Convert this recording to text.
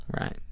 Right